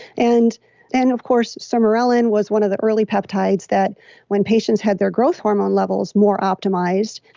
and and of course, sermorelin was one of the early peptides that when patients had their growth hormone levels more optimized,